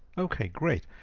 okay, great.